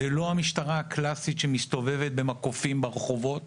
זו לא המשטרה הקלאסית שמסתובבת במקופים ברחובות